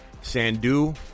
Sandu